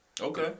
Okay